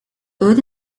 would